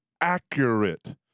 accurate